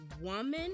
Woman